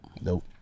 Nope